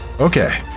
okay